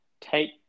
take